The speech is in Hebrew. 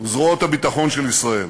וזרועות הביטחון של ישראל.